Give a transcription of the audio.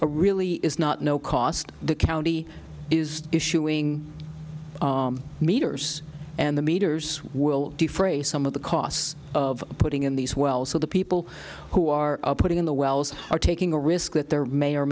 a really is not no cost the county is issuing meters and the meters will defray some of the costs of putting in these wells so the people who are putting in the wells are taking a risk that there may or